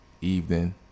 evening